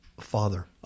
father